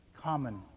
common